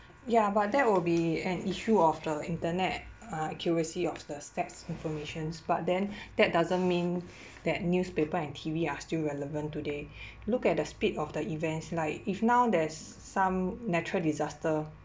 ya but that will be an issue of the internet uh accuracy of the facts informations but then that doesn't mean that newspaper and T_V are still relevant today look at the speed of the events like if now there's some natural disaster